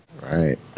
right